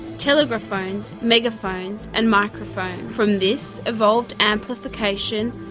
telegraphones, megaphones and microphones. from this evolved amplification,